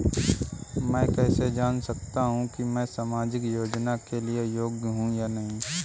मैं कैसे जान सकता हूँ कि मैं सामाजिक योजना के लिए योग्य हूँ या नहीं?